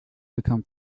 become